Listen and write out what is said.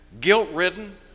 guilt-ridden